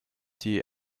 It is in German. die